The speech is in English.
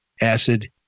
acid